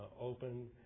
open